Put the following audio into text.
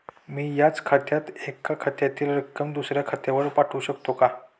मी याच बँकेत एका खात्यातील रक्कम दुसऱ्या खात्यावर पाठवू शकते का?